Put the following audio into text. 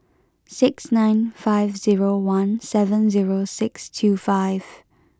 six nine five zero one seven zero six two five